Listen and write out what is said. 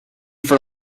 for